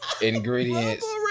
ingredients